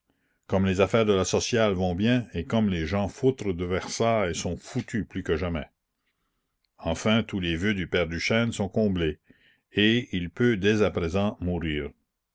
comme les affaires de la sociale vont bien et comme les jean foutre de versailles sont foutus plus que jamais enfin tous les vœux du père duchêne sont comblés et il peut dès à présent mourir